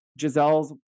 Giselle's